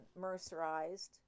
mercerized